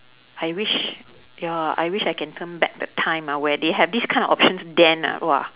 I wish ya I wish I can turn back the time ah when they have these time of options then ah !wah!